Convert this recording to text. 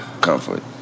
comfort